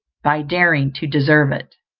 by daring to deserve it.